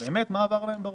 מה עבר להם בראש.